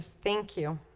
thank you